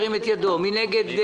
מי נגד?